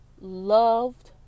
Loved